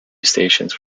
stations